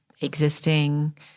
existing